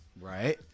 right